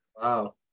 wow